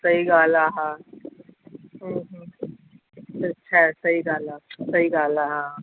सही ॻाल्हि आहे हा हूं हूं त अच्छा सही ॻाल्हि आहे सही ॻाल्हि आहे हा